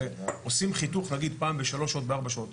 הרי עושים חיתוך נגיד פעם בשלוש או ארבע שעות.